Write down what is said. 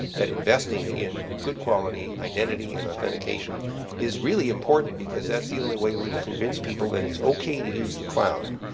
that investing in good-quality identity and authentication is really important, because that's the only way we will convince people that it's okay to use the cloud,